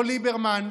לא ליברמן,